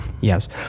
Yes